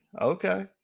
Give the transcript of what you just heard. okay